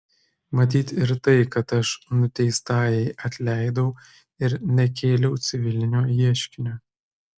matyti ir tai kad aš nuteistajai atleidau ir nekėliau civilinio ieškinio